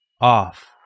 off